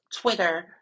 twitter